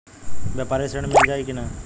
व्यापारी ऋण मिल जाई कि ना?